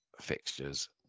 fixtures